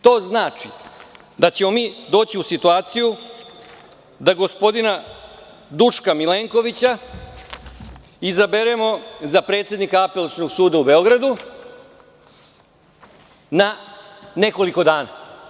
To znači da ćemo mi doći u situaciju da gospodina Duška Milenkovića izaberemo za predsednika Apelacionog suda u Beogradu na nekoliko dana.